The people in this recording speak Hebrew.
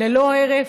ללא הרף.